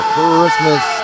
Christmas